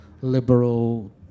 liberal